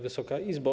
Wysoka Izbo!